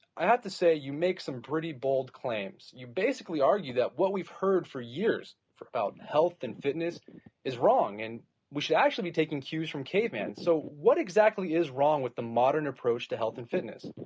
i had to say you make some pretty bold claims. you basically argue that what we've heard for years about health and fitness is wrong and we should actually be taking cues from cavemen. so what exactly is wrong with the modern approach to health and fitness?